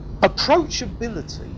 Approachability